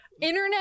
internet